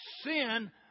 sin